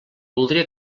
voldria